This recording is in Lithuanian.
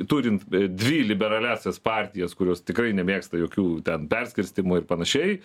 turint dvi liberaliąsias partijas kurios tikrai nemėgsta jokių ten perskirstymų ir panašiai